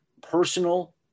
personal